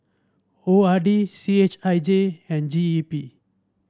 O R D C H I J and G E P